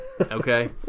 Okay